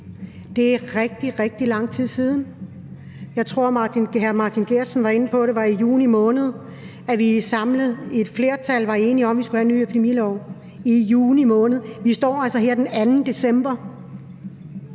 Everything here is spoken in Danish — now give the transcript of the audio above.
Det er rigtig, rigtig lang tid siden. Jeg tror, hr. Martin Geertsen var inde på, at det var i juni måned, at vi samlet i et flertal var enige om, at vi skulle have en ny epidemilov – i juni måned. Vi står altså her den 2. december.